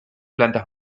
plantas